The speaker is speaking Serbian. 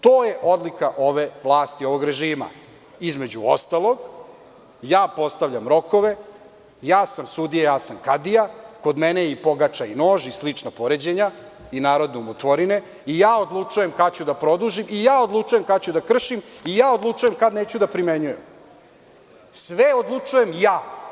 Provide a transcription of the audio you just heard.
To je odlika ove vlasti, ovog režima, između ostalog – ja postavljam rokove, ja sam sudija, ja sam kadija, kod mene je i pogača i nož i slična poređenja i narodne umotvorine i ja odlučujem kada ću da produžim i ja odlučujem kada ću da kršim i ja odlučujem kada neću da primenjujem, sve odlučujem ja.